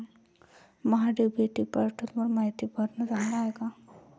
महा DBT पोर्टलवर मायती भरनं चांगलं हाये का?